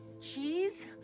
cheese